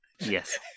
Yes